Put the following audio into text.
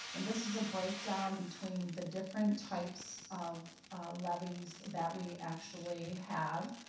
and this is a breakdown between the different types of levies that we actually have.